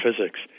physics